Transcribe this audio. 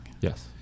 yes